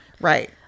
right